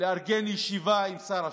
לארגן ישיבה עם שר השיכון,